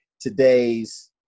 today's